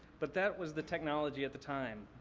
but that was the technology at the time.